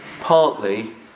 partly